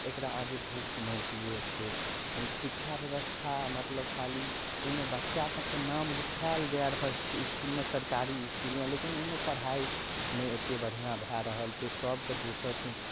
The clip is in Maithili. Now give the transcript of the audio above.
एकरा आगे बहुत चुनौतियो छै शिक्षा व्यवस्था मतलब खाली अइमे बच्चाके तऽ नाम लिखायल जा रहल छै इसकुलमे सरकारी इसकुलमे लेकिन ओइमे पढ़ाइ नहि ओते बढ़िआँ भए रहल छै सबके दोसर ठम